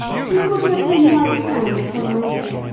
she put her thin white hand upon my head.